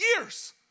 years